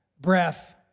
Breath